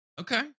Okay